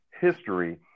history